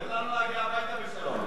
תן לנו להגיע הביתה בשלום.